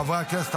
חברי הכנסת,